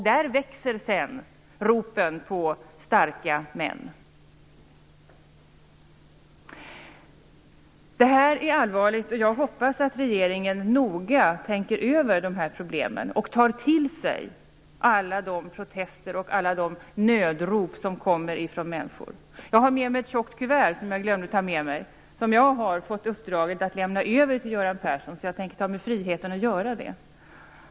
Där växer sedan ropen på starka män. Detta är allvarligt, och jag hoppas att regeringen noga tänker över dessa problem och tar till sig alla protester och nödrop från människor. Jag har med mig ett tjockt kuvert som jag fått i uppdrag att lämna över till Göran Persson, och jag tänker ta mig friheten att göra det.